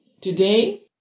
today